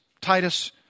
Titus